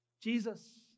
Jesus